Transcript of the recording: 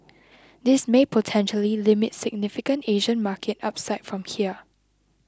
this may potentially limit significant Asian market upside from here